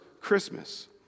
Christmas